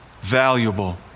valuable